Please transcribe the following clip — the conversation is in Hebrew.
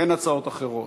אין הצעות אחרות.